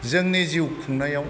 जोंनि जिउ खुंनायाव